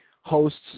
hosts